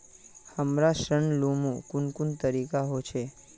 हमरा ऋण लुमू कुन कुन तरीका होचे?